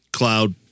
Cloud